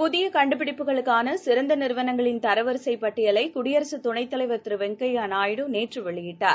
புதியகண்டுபிடிப்புகளுக்கானசிறந்தநிறுவனங்களின் தரவரிசைப் பட்டியலைகுடியரசுதுணைத்தலைவர் திருவெங்யைாநாயுடு நேற்றவெளியிட்டார்